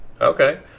Okay